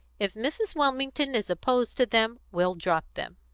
if mrs. wilmington is opposed to them, we'll drop them